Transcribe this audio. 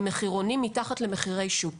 עם מחירונים מתחת למחירי שוק